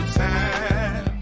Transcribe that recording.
time